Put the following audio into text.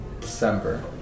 December